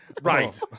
right